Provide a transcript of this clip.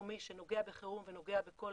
מקומי שנוגע בחירום ונוגע בכל